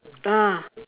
ah